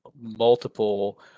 multiple